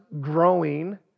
growing